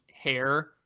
hair